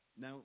Now